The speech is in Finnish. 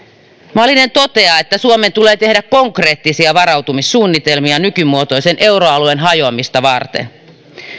malinen toteaa että suomen tulee tehdä konkreettisia varautumissuunnitelmia nykymuotoisen euroalueen hajoamista varten